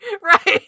Right